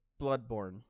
Bloodborne